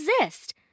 exist